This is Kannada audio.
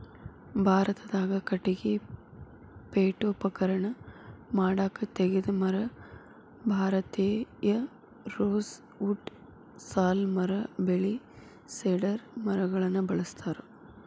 ಭಾರತದಾಗ ಕಟಗಿ ಪೇಠೋಪಕರಣ ಮಾಡಾಕ ತೇಗದ ಮರ, ಭಾರತೇಯ ರೋಸ್ ವುಡ್ ಸಾಲ್ ಮರ ಬೇಳಿ ಸೇಡರ್ ಮರಗಳನ್ನ ಬಳಸ್ತಾರ